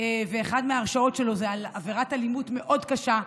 ואחת מההרשעות שלו היא על עברת אלימות מאוד קשה,